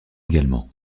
également